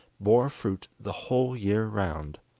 bore fruit the whole year round.